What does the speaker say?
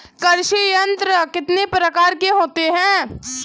कृषि यंत्र कितने प्रकार के होते हैं?